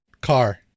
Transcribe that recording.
Car